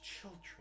children